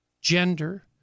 gender